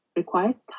requires